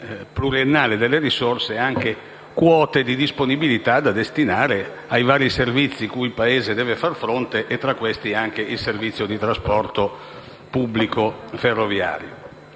pluriennale delle risorse, anche quote di disponibilità da destinare ai vari servizi cui il Paese deve far fronte, tra cui anche il servizio di trasporto pubblico ferroviario.